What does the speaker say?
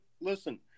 listen